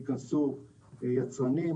ייכנסו יצרנים,